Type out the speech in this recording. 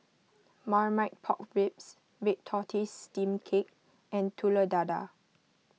Marmite Pork Ribs Red Tortoise Steamed Cake and Telur Dadah